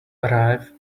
arrive